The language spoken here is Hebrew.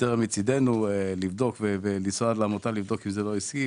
היסטרי מצידנו לנסוע עד לעמותה לבדוק אם זה לא עסקי,